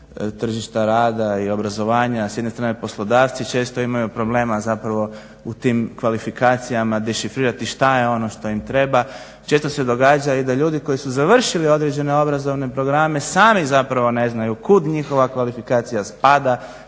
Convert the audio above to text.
tržišta rada i obrazovanja s jedne strane poslodavci često imaju problema zapravo u tim kvalifikacijama dešifrirati šta je ono šta im treba. Često se događa i da ljudi koji su završili određene obrazovne programe sami zapravo ne znaju kud njihova kvalifikacija spada,